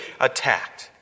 attacked